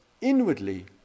inwardly